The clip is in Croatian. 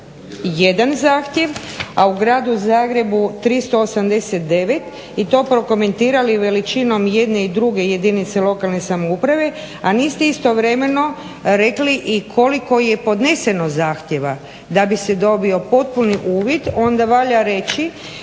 301 zahtjev a u Gradu Zagrebu 389 i to prokomentirali veličinom jedne i druge jedinice lokalne samouprave, a niste istovremeno rekli i koliko je podneseno zahtjeva. Da bi se dobio potpuni uvid onda valja reći